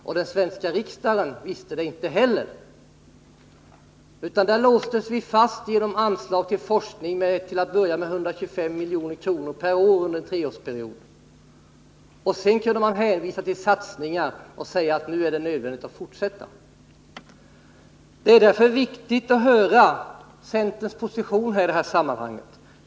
och inte heller riksdagen visste det då. Där låstes vi fast genom anslag till forskning. från början med 125 milj.kr. per år under en treårsperiod. Sedan kunde man hänvisa till satsningar och säga att det var nödvändigt att fortsätta. Det är därför viktigt att få veta vilken centerns position är i detta sammanhang.